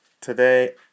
Today